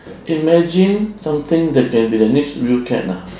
imagine something that can be the next real fad lah